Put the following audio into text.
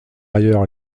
ailleurs